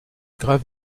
grave